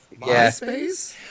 MySpace